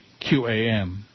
QAM